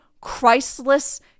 Christless